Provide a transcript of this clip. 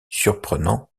surprenant